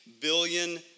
billion